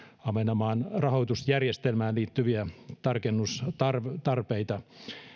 ahvenanmaan rahoitusjärjestelmään liittyviä tarkennustarpeita